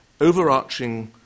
overarching